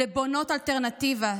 לבונות האלטרנטיבה,